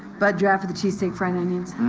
bud draft with a cheesesteak, fried onions.